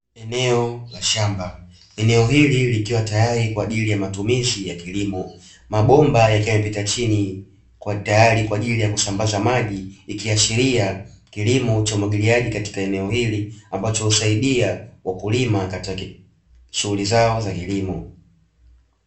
Eneo la shamba eneo hili likiwa tayari kwa ajili ya matumizi ya kilimo mabomba yakiwa yamepita chini, tayari kwa ajili ya kusambaza maji ikiashiria kilimo cha umwagiliaji katika eneo hili, ambacho husaidia wakulima katika shughuli zao za kilimo.